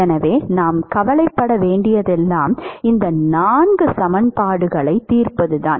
எனவே நாம் கவலைப்பட வேண்டியதெல்லாம் இந்த நான்கு சமன்பாடுகளைத் தீர்ப்பதுதான்